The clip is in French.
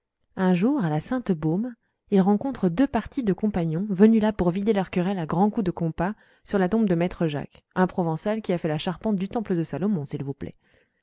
un jour à la sainte baume il rencontre deux partis de compagnons venus là pour vider leur querelle à grands coups de compas sur la tombe de maître jacques un provençal qui a fait la charpente du temple de salomon s'il vous plaît